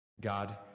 God